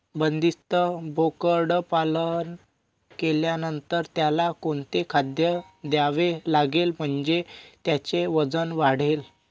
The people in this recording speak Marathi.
बंदिस्त बोकडपालन केल्यानंतर त्याला कोणते खाद्य द्यावे लागेल म्हणजे त्याचे वजन वाढेल?